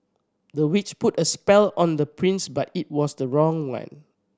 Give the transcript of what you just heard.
the witch put a spell on the prince but it was the wrong one